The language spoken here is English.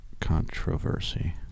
controversy